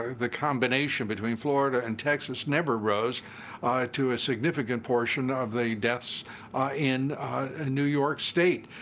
the combination between florida and texas never rose to a significant portion of the deaths in new york state.